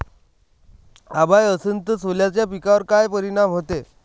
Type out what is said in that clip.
अभाळ असन तं सोल्याच्या पिकावर काय परिनाम व्हते?